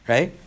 Right